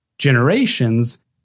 generations